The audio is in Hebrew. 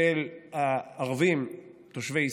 של הערבים תושבי ישראל,